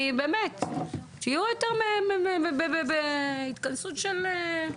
תהיו יותר בהתכנסות של עבודה.